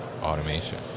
automation